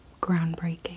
groundbreaking